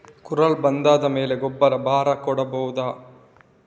ಕುರಲ್ ಬಂದಾದ ಮೇಲೆ ಗೊಬ್ಬರ ಬರ ಕೊಡಬಹುದ?